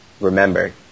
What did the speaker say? remember